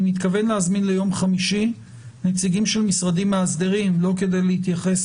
אני מתכוון להזמין ליום חמישי נציגים של משרדים מאסדרים לא כדי להתייחס